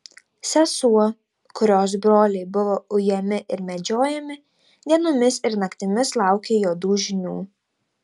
sesuo kurios broliai buvo ujami ir medžiojami dienomis ir naktimis laukė juodų žinių